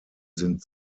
sind